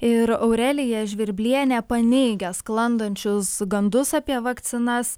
ir aurelija žvirblienė paneigia sklandančius gandus apie vakcinas